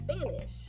spanish